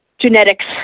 genetics